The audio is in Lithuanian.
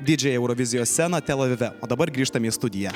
didžiąją eurovizijos sceną tel avive o dabar grįžtam į studiją